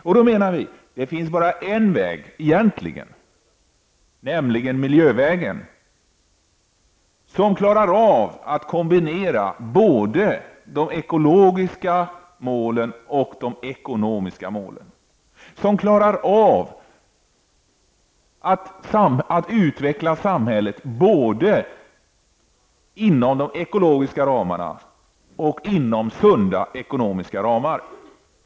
Vi i miljöpartiet anser att det egentligen bara finns en väg, miljövägen, som klarar att kombinera både de ekologiska och de ekonomiska målen. Det är bara denna väg som klarar att utveckla samhället både inom ekologiska ramar och inom sunda ekonomiska ramar.